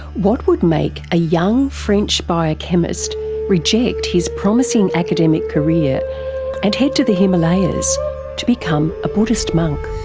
what would make a young french biochemist reject his promising academic career and head to the himalayas to become a buddhist monk?